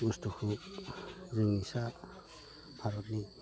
बुसथुखौ जों फिसा भारतनि